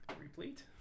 Replete